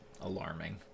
alarming